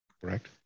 Correct